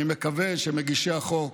אני מקווה שמגישי החוק